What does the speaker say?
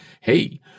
hey